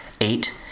eight